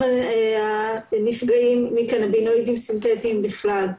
הנפגעים מקנבינואידים סינתטיים בכלל?